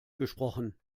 gesprochen